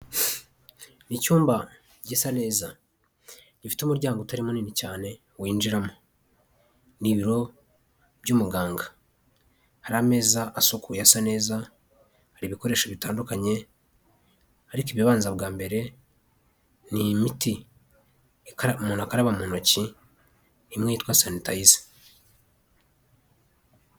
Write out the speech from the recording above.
Icyumba gisa neza gifite umuryango utari munini cyane winjiramo ni ibiro by'umuganga, hari ameza asukuye asa neza, hari ibikoresho bitandukanye ariko ibibanza bwa mbere ni imiti umuntu akakaraba mu ntoki imwe yitwa sanitayiza.